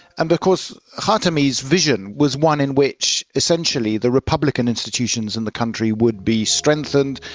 and because khatami's vision was one in which essentially the republican institutions in the country would be strengthened,